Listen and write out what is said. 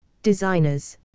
Designers